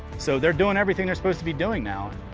so they're doing everything they're supposed to be doing now.